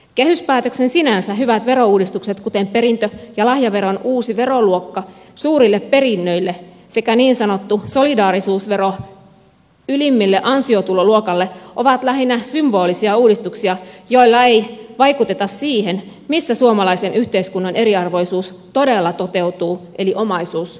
kehyspäätöksen sinänsä hyvät verouudistukset kuten perintö ja lahjaveron uusi veroluokka suurille perinnöille sekä niin sanottu solidaarisuusvero ylimmälle ansiotuloluokalle ovat lähinnä symbolisia uudistuksia joilla ei vaikuteta siihen missä suomalaisen yhteiskunnan eriarvoisuus todella toteutuu eli omaisuustuloihin